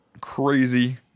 crazy